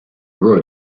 word